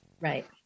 right